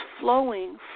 flowing